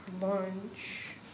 lunch